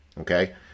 okay